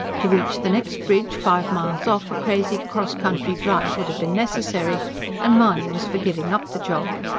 to reach the next bridge, five miles off, a crazy cross-country drive would have been necessary and mahony was for giving up the job.